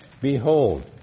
Behold